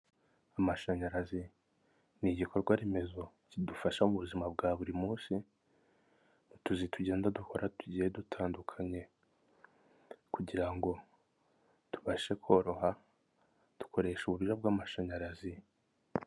Amashanyarazi ni igikorwa remezo kidufasha mu buzima bwa buri munsi utuzi tugenda dukora tugiye dutandukanye kugira ngo tubashe koroha dukoresha uburyo bw'amashanyarazi.